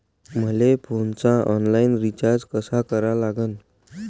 मले फोनचा online recharge कसा करा लागन?